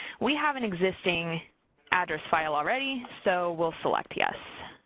we have an existing address file already, so we'll select yes.